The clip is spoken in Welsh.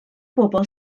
bobl